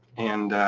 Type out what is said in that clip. and